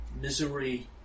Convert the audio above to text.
misery